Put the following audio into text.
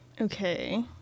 Okay